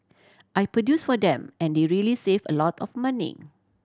I produce for them and they really save a lot of money